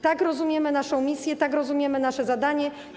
Tak rozumiemy naszą misję, tak rozumiemy nasze zadanie.